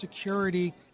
security